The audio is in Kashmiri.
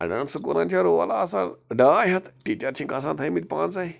اَڈیٚن سکوٗلن چھُ رول آسان ڈاے ہَتھ ٹیٖچَر چھِکھ آسان تھٲومِتۍ پٲنٛژے